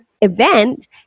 event